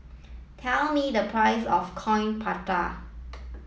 tell me the price of Coin Prata